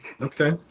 Okay